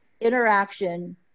interaction